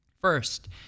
first